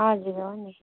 हजुर हो नि